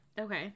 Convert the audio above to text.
Okay